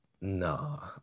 No